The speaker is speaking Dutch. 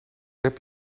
heb